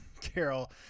Carol